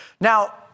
Now